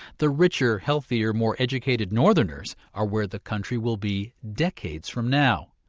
the richer, healthier, more educated northerners are where the country will be decades from now.